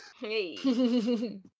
Hey